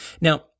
now